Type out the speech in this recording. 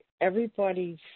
everybody's